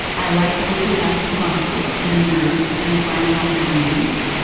i like looking up muscles and nerves and finding out their names.